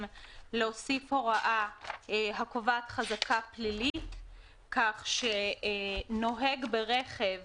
להוסיף הוראה הקובעת חזקה פלילית כך שנוהג ברכב